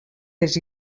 les